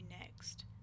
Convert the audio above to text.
next